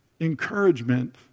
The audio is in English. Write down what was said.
encouragement